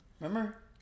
Remember